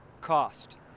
cost